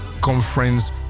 conference